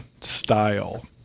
style